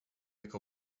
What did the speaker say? jak